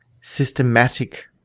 systematic